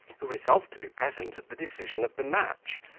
who resolved to be present at the decision of the match,